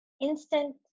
instant